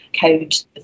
code